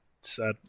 Sad